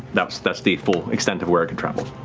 that's that's the full extent of where it can travel.